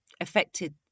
affected